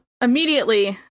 immediately